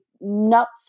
nuts